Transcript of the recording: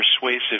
persuasive